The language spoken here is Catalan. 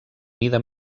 mida